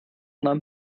nahm